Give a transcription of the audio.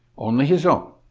only his own.